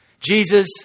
Jesus